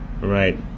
right